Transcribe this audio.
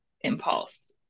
impulse